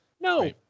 No